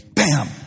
Bam